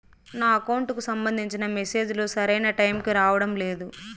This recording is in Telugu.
నా అకౌంట్ కు సంబంధించిన మెసేజ్ లు సరైన టైము కి రావడం లేదు